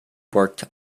worked